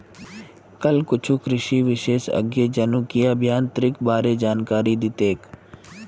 कल कुछ कृषि विशेषज्ञ जनुकीय अभियांत्रिकीर बा र जानकारी दी तेक